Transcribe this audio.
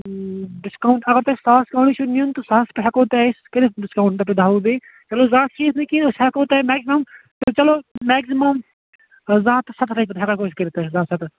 discount اَگر تۄہہِ ساس کانٛگرِ چھَو نِنۍ تہٕ تتھ ہٮ۪کَو تۄہہِ أسۍ کٔرِتھ ڈِسکاوُنٛٹ رۄپیہِ دَہ وُہ بیٚیہِ ہیٚلو حظ اکھ چیٖز نہٕ کیٚنٛہہ بیٚیہِ ہٮ۪کَو تۄہہِ أسۍ میکزِمم چلو میکزِمم زٕ ہَتھ تہٕ ستتھ رۅپیہِ ہٮ۪کَو کٔرِتھ حظ زٕ ہَتھ سَتَتھ